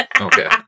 Okay